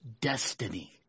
destiny